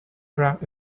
track